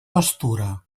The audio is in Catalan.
pastura